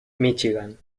míchigan